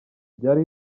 byari